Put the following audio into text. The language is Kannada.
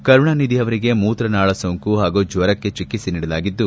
ಕರುಣಾನಿಧಿ ಅವರಿಗೆ ಮೂತ್ರನಾಳ ಸೋಂಕು ಹಾಗೂ ಜ್ವರಕ್ಷೆ ಚಿಕಿತ್ಸೆ ನೀಡಲಾಗಿದ್ದು